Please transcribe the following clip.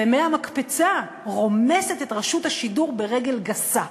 ומהמקפצה רומסת את רשות השידור ברגל גסה.